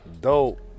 Dope